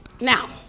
Now